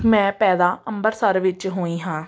ਮੈਂ ਪੈਦਾ ਅੰਮ੍ਰਿਤਸਰ ਵਿੱਚ ਹੋਈ ਹਾਂ